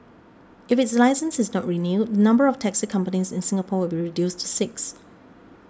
if its licence is not renewed the number of taxi companies in Singapore will be reduced to six